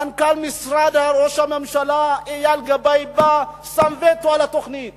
מנכ"ל משרד ראש הממשלה אייל גבאי בא ושם וטו על התוכנית